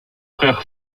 frère